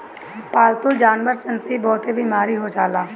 पालतू जानवर सन से भी बहुते बेमारी हो जाला